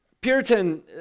Puritan